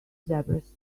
zebras